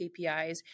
KPIs